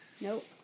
Nope